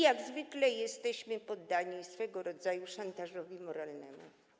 Jak zwykle jesteśmy poddani swego rodzaju szantażowi moralnemu.